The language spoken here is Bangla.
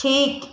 ঠিক